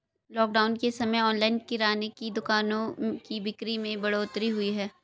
lockdown के समय online किराने की दुकानों की बिक्री में बढ़ोतरी हुई है